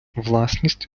власність